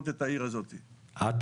בפעם הקודמת לא הצלחתי מולך.